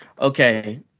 okay